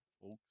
folks